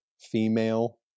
female